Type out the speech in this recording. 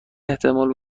احتمال